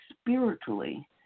spiritually